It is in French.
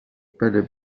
palais